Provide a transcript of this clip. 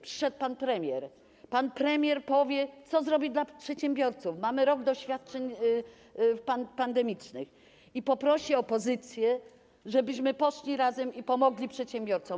Przyszedł pan premier, pan premier powie, co zrobić dla przedsiębiorców - mamy rok doświadczeń pandemicznych - i poprosi opozycję, żebyśmy poszli razem i pomogli przedsiębiorcom.